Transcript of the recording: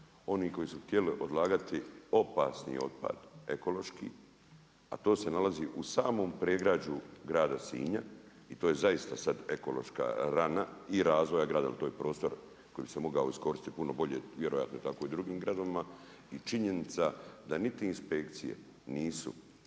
oni koji su htjeli odlagati opasni otpad, ekološki. A to se nalazi u samom predgrađu grada Sinja i to je zaista sad ekološka rana i razvoja grada i to je prostor koji bi se mogao iskoristiti puno bolje, vjerojatno tako i u drugim gradovima. I činjenica da niti inspekcije nisu